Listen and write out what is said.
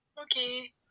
Okay